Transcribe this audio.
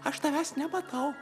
aš tavęs nematau